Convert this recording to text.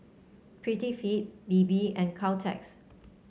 Prettyfit Bebe and Caltex